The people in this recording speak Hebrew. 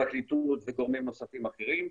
פרקליטות וגורמים נוספים אחרים,